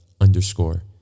underscore